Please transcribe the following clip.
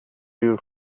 you